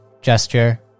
gesture